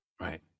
Right